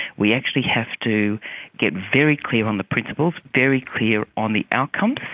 we actually have to get very clear on the principles, very clear on the outcomes,